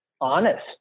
honest